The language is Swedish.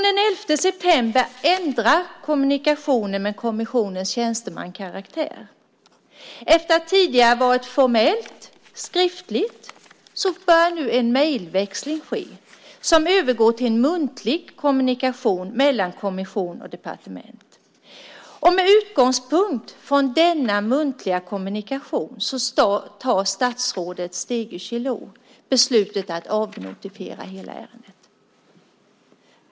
Den 11 september ändrar kommunikationen med kommissionens tjänsteman karaktär. Efter att tidigare ha varit formellt skriftlig börjar nu en mejlväxling som övergår till en muntlig kommunikation mellan kommission och departement. Med utgångspunkt i denna muntliga kommunikation tar statsrådet Stegö Chilò beslutet att avnotifiera hela ärendet.